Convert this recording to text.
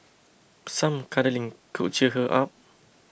some cuddling could cheer her up